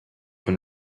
been